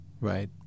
Right